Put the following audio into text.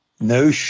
no